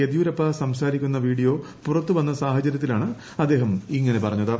യെദ്യൂരപ്പ സംസാരിക്കുന്ന വീഡിയോ പുറത്തുവന്ന സാഹചര്യത്തിലാണ് അദ്ദേഹം ഇങ്ങനെ പറഞ്ഞത്